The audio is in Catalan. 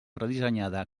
redissenyada